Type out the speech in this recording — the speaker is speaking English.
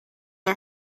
are